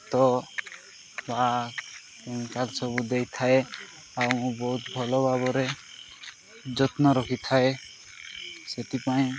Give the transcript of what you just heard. ତ ବା ସବୁ ଦେଇଥାଏ ଆଉ ମୁଁ ବହୁତ ଭଲ ଭାବରେ ଯତ୍ନ ରଖିଥାଏ ସେଥିପାଇଁ